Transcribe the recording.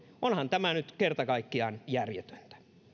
onhan tämä nyt kerta kaikkiaan järjetöntä